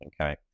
Okay